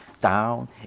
down